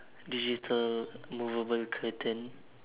digital movable curtain